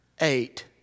eight